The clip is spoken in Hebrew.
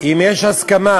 אם יש הסכמה,